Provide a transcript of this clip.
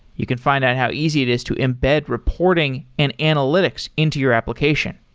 you can find out how easy it is to embed reporting and analytics into your application.